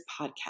podcast